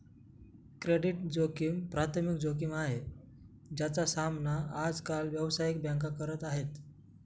credit जोखिम प्राथमिक जोखिम आहे, ज्याचा सामना आज काल व्यावसायिक बँका करत आहेत